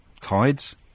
Tides